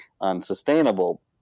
unsustainable